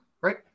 Right